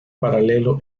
paralelo